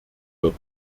wird